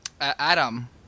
Adam